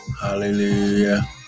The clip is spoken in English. Hallelujah